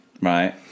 right